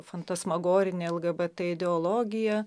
fantasmagorinė lgbt ideologija